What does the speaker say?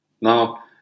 Now